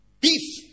beef